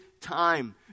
time